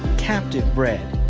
captive bred,